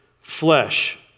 flesh